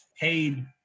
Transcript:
paid